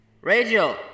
Rachel